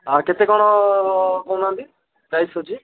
ଆଉ କେତେ କ'ଣ କହୁନାହାଁନ୍ତି ପ୍ରାଇସ୍ ଅଛି